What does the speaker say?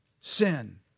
sin